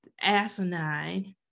asinine